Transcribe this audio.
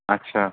اچھا